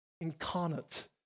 incarnate